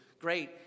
great